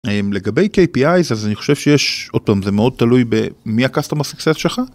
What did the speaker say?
לגבי kpi זה זה אני חושב שיש אותם זה מאוד תלוי במי הcustomer success שלך.